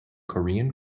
korean